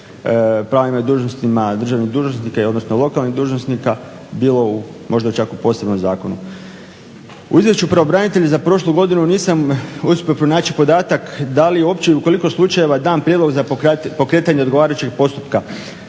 pravima i dužnostima državnih dužnosnika, odnosno lokalnih dužnosnika, bilo u možda čak i u posebnom zakonu. U izvješću pravobranitelja za prošlu godinu nisam uspio pronaći podatak da li uopće i u koliko slučajeva je dan prijedlog za pokretanje odgovarajućeg postupka,